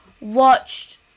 watched